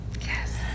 Yes